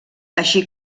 així